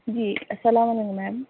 جی السلام علیکم میم